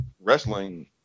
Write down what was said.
Wrestling